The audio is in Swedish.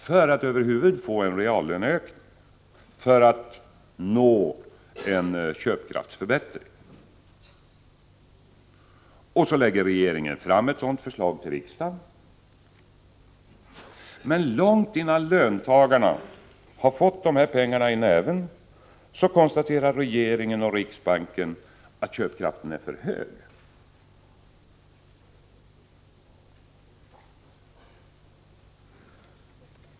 för att över huvud taget få en reallöneökning, för att nå en köpkraftsförbättring, och så lägger regeringen fram ett sådant förslag till riksdagen. Men långt innan löntagarna fått dessa pengar i näven konstaterar regeringen och riksbanken att köpkraften är för stor.